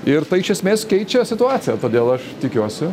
ir tai iš esmės keičia situaciją todėl aš tikiuosi